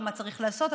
ומה צריך לעשות,